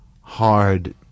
hard